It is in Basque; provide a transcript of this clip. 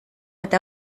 eta